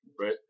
right